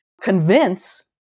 convince